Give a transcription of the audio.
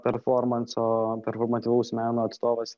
performanso performatyvaus meno atstovas